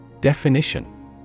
Definition